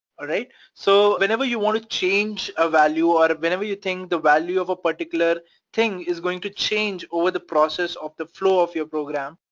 alright? so whenever you want to change a value or whenever you think the value of a particular thing is going to change over the process of the flow of your program,